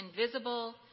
invisible